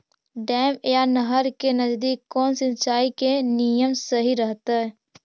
Dam या नहर के नजदीक कौन सिंचाई के नियम सही रहतैय?